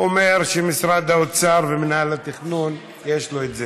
אומר שמשרד האוצר ומינהל התכנון, יש להם את זה.